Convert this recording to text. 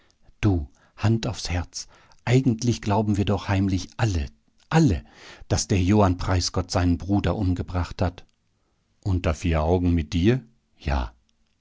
du hand aufs herz eigentlich glauben wir doch heimlich alle alle daß der johann preisgott seinen bruder umgebracht hat unter vier augen mit dir ja